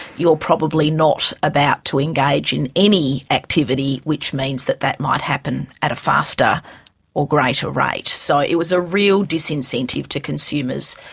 you're probably not about to engage in any activity which means that that might happen at a faster or greater rate. so it was a real disincentive to consumers,